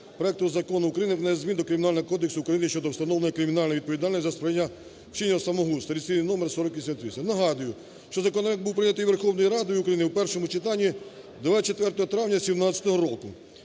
проекту Закону України про внесення змін до Кримінального кодексу України (щодо встановлення кримінальної відповідальності за сприяння вчиненню самогубства) (реєстраційний номер 4088). Нагадую, що законопроект був прийнятий Верховною Радою України в першому читанні 24 травня 2017 року.